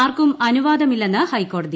ആർക്കും അന്ുവാദമില്ലെന്ന് ഹൈക്കോടതി